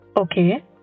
Okay